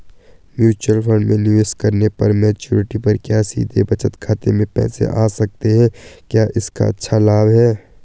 Mutual fund में निवेश करने पर मैच्योरिटी पर क्या सीधे बचत खाते में पैसे आ सकते हैं क्या इसका अच्छा लाभ है?